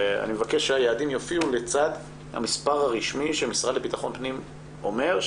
אני מבקש שהיעדים יופיעו לצד המספר הרשמי שהמשרד לביטחון הפנים אומר,